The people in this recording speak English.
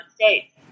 States